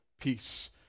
peace